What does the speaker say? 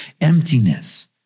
emptiness